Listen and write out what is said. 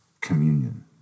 communion